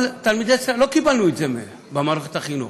אבל לא קיבלנו את זה במערכת החינוך.